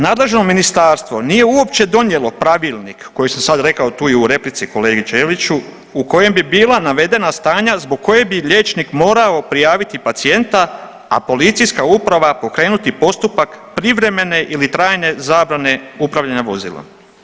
Nadležno ministarstvo nije uopće donijelo pravilnik koji sam sad rekao tu i u replici kolegi Ćeliću u kojem bi bila navedena stanja zbog koje bi liječnik morao prijaviti pacijenta, a policijska uprava pokrenuti postupak privremene ili trajne zabrane upravljanja vozilom.